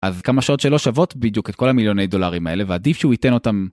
אז כמה שעות שלא שוות בדיוק את כל המיליוני הדולרים האלה ועדיף שהוא ייתן אותם.